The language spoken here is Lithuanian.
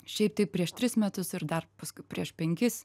šiaip tai prieš tris metus ir dar paskui prieš penkis